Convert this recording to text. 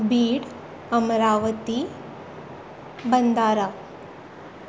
Beed Amravati Bhandara